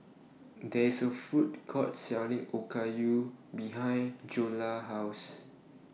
There IS A Food Court Selling Okayu behind Joella's House